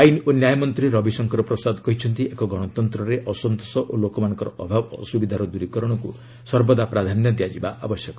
ଆଇନ ଓ ନ୍ୟାୟ ମନ୍ତ୍ରୀ ରବିଶଙ୍କର ପ୍ରସାଦ କହିଛନ୍ତି ଏକ ଗଣତନ୍ତ୍ରରେ ଅସନ୍ତୋଷ ଓ ଲୋକମାନଙ୍କ ଅଭାବ ଅସ୍ତ୍ରବିଧାର ଦ୍ୱରୀକରଣକୃ ସର୍ବଦା ପ୍ରାଧାନ୍ୟ ଦିଆଯିବା ଆବଶ୍ୟକ